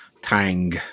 Tang